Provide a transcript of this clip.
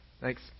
Thanks